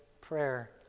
prayer